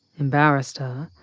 embarrassed her.